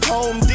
Home